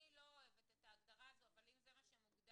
אני לא אוהבת את ההגדרה הזו אבל אם זה מה שמוגדר